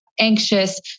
Anxious